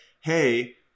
hey